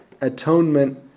atonement